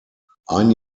ein